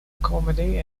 comedy